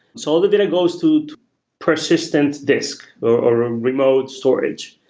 so all the data goes to persistent disk or a remote storage.